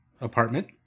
apartment